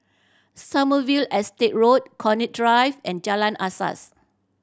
Sommerville Estate Road Connaught Drive and Jalan Asas